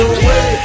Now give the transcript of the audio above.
away